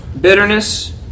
Bitterness